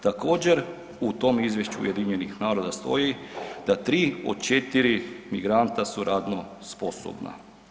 Također u tom izvješću UN-a stoji da 3 od 4 migranta su radno sposobna.